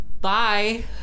Bye